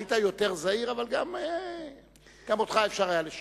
היית יותר זהיר, אבל גם אותך אפשר היה לשכנע.